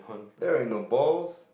there ain't no balls